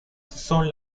son